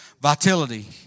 vitality